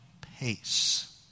pace